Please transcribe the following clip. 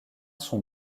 son